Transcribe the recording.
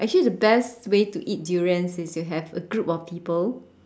actually the best way to eat durians is you have a group of people